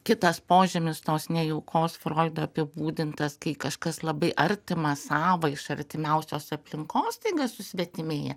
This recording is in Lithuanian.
kitas požymis tos nejaukos froido apibūdintas kaip kažkas labai artimas sava iš artimiausios aplinkos staiga susvetimėja